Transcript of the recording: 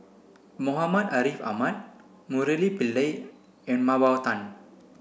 Muhammad Ariff Ahmad Murali Pillai and Mah Bow Tan